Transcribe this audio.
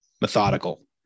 methodical